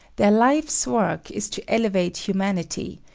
their life's work is to elevate humanity,